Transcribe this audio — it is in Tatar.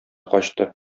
качты